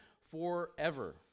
forever